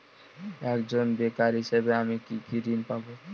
একজন বেকার হিসেবে আমি কি কি ঋণ পাব?